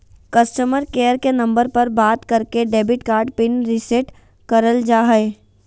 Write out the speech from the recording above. customer care के number पर बात करके डेबिट कार्ड पिन रीसेट करल जा हय